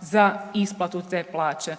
za isplatu te plaće.